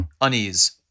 unease